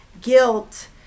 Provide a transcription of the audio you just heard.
guilt